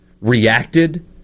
reacted